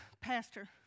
pastor